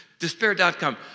Despair.com